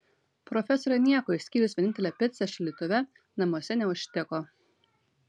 profesorė nieko išskyrus vienintelę picą šaldytuve namuose neužtiko